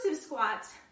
squats